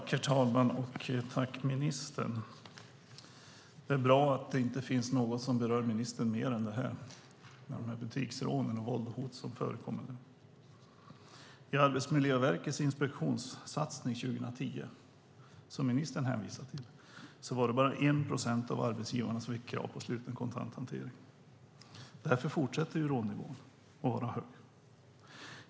Herr talman! Tack, ministern! Det är bra att det inte finns något som berör ministern mer än dessa butiksrån och det våld och det hot som förekommer där. I Arbetsmiljöverkets inspektionssatsning år 2010, som ministern hänvisar till, var det bara 1 procent av arbetsgivarna som fick krav på sluten kontanthantering. Därför fortsätter rånnivån att vara hög.